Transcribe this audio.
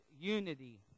unity